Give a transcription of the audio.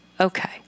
Okay